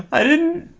i didn't